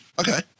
Okay